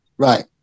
Right